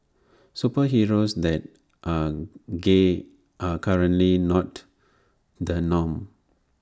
superheroes that are gay are currently not the norm